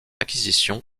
acquisition